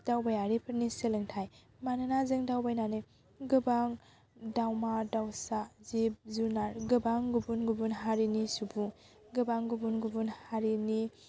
दावबायारिफोरनि सोलोंथाय मानोना जों दावबायनानै गोबां दावमा दावसा जिब जुनार गोबां गुबुन गुबुन हारिनि सुबुं गोबां गुबुन गुबुन हारिनि